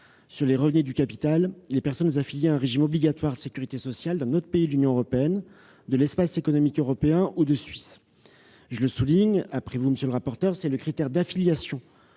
sur les revenus du capital les personnes affiliées à un régime obligatoire de sécurité sociale d'un autre pays de l'Union européenne, de l'Espace économique européen ou de Suisse. Je tiens à le souligner comme vous, monsieur le rapporteur général, c'est le critère d'affiliation